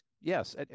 Yes